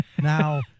Now